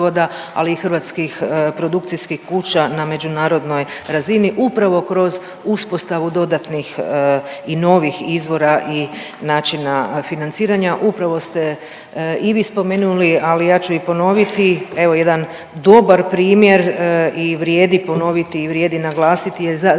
hrvatskih produkcijskih kuća na međunarodnoj razini upravo kroz uspostavu dodatnih i novih izvora i načina financiranja. Upravo ste i vi spomenuli, ali ja ću i ponoviti, evo jedan dobar primjer i vrijedi ponoviti i vrijedi naglasiti sjajan